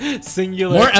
singular